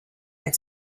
had